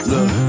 Look